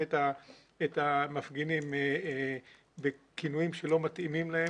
את המפגינים בכינויים שלא מתאימים להם,